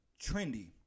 trendy